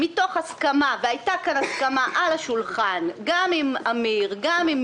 מתוך הסכמה והייתה כאן הסכמה על השולחן גם עם אמיר דהן וגם עם